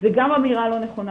זו גם אמירה לא נכונה,